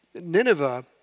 Nineveh